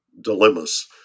dilemmas